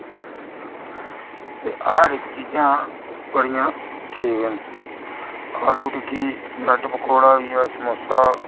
ते हर इक्क चीज़ां बड़ियां ठीक न आलू टिक्की ब्रैड पकौ ड़ा समोसा